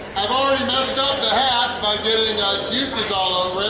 i've already messed up the hat by getting ah juices all over it.